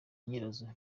nyirazo